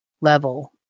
level